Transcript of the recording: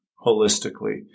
holistically